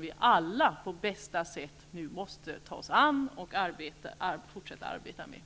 vi alla på bästa sätt nu måste fortsätta att arbeta med ickespridningsfrågorna.